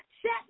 Shut